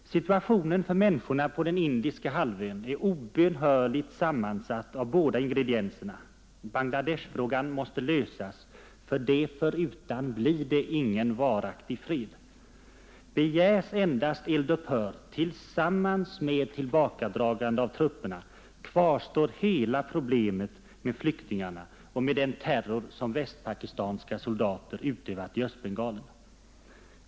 Situationen för människorna på den indiska halvön är obönhörligen sammansatt av båda ingredienserna: Bangla Desh-frågan måste lösas, ty det förutan blir det ingen varaktig fred. Begärs endast eld-upphör tillsammans med tillbakadragande av trupperna, kvarstår hela problemet med flyktingarna och med den terror som västpakistanska soldater utövat i Östbengalen.